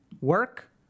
Work